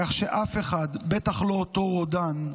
כך שאף אחד, בטח לא אותו רודן,